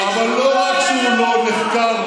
אבל לא רק שהוא לא נחקר,